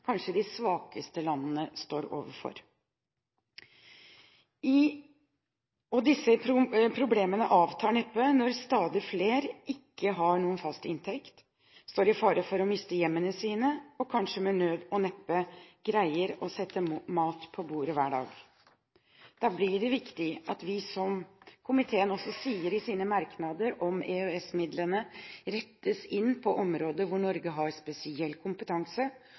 kanskje de svakeste landene står overfor. Disse problemene avtar neppe når stadig flere ikke har noen fast inntekt, står i fare for å miste hjemmene sine og kanskje med nød og neppe greier å sette mat på bordet hver dag. Da blir det viktig, som komiteen også sier i sine merknader, at EØS-midlene rettes inn mot områder hvor Norge har spesiell kompetanse,